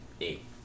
Eight